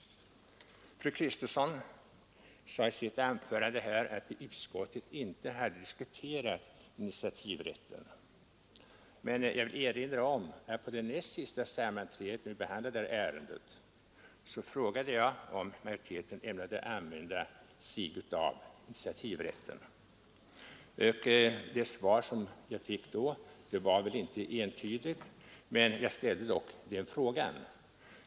Fru Kristensson sade i sitt anförande att utskottet inte hade diskuterat initiativrätten. Men jag vill erinra om att på det näst sista sammanträdet då vi behandlade detta ärende frågade jag om majoriteten ämnade använda sig av initiativrätten. Det svar som jag fick var inte entydigt, men jag ställde dock den frågan.